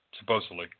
supposedly